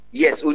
yes